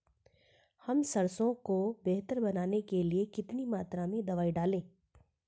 हम सरसों को बेहतर बनाने के लिए कितनी मात्रा में दवाई डालें?